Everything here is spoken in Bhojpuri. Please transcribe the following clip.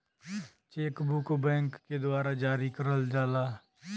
चेक बुक बैंक के द्वारा जारी करल जाला